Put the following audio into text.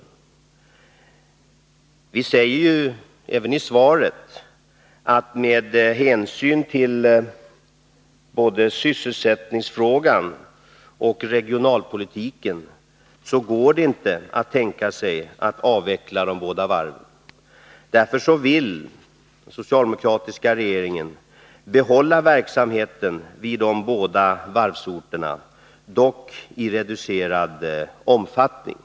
Även i detta frågesvar säger ju regeringen att man med hänsyn till både sysselsättningsfrågan och regionalpolitiken inte kan tänka sig att avveckla de båda storvarven. Därför vill den socialdemokratiska regeringen behålla verksamheten på de båda varvsorterna, dock i reducerad omfattning.